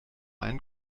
einen